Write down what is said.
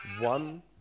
one